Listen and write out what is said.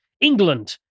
England